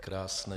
Krásné.